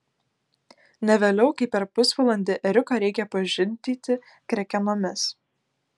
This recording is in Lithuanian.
ne vėliau kaip per pusvalandį ėriuką reikia pažindyti krekenomis